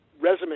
Resume